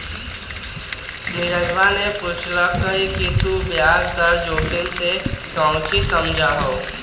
नीरजवा ने पूछल कई कि तू ब्याज दर जोखिम से काउची समझा हुँ?